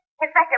Inspector